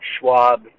Schwab